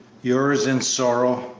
yours in sorrow,